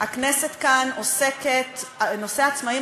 התשע"ו 2015,